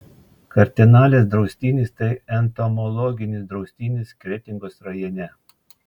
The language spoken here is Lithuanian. kartenalės draustinis tai entomologinis draustinis kretingos rajone